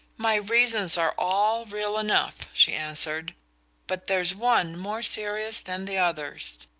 my reasons are all real enough, she answered but there's one more serious than the others.